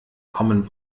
common